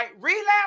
relapse